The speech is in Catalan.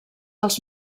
els